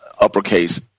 uppercase